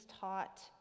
taught